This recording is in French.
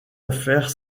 affaire